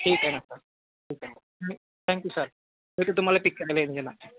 ठीक आहे ना सर ठीक आहे थँक यू सर उदया तुम्हांला पिक करायला येणार